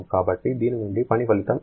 కాబట్టి దీని నుండి పని ఫలితం ఎంత